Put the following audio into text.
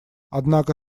однако